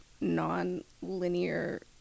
non-linear